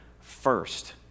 first